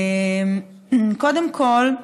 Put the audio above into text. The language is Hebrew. קודם כול,